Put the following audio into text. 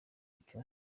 icyo